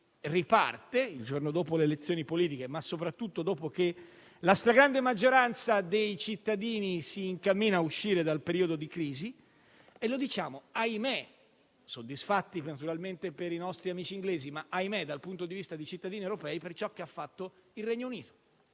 il giorno dopo le elezioni politiche, ma, soprattutto, dopo che la stragrande maggioranza dei cittadini si incammina ad uscire dal periodo di crisi. E lo diciamo soddisfatti naturalmente per i nostri amici inglesi, ma con un "ahimè" come cittadini europei per ciò che ha fatto il Regno Unito.